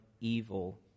evil